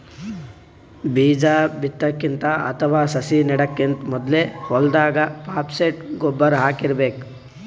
ಬೀಜಾ ಬಿತ್ತಕ್ಕಿಂತ ಅಥವಾ ಸಸಿ ನೆಡಕ್ಕಿಂತ್ ಮೊದ್ಲೇ ಹೊಲ್ದಾಗ ಫಾಸ್ಫೇಟ್ ಗೊಬ್ಬರ್ ಹಾಕಿರ್ಬೇಕ್